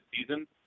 season